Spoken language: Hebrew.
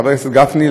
חבר הכנסת גפני,